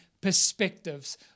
perspectives